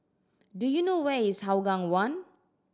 do you know where is Hougang One